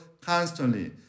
constantly